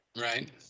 Right